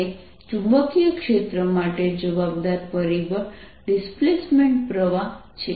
અને ચુંબકીય ક્ષેત્ર માટે જવાબદાર પરિબળ ડિસ્પ્લેસમેન્ટ પ્રવાહ છે